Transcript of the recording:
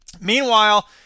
Meanwhile